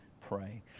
pray